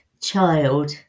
child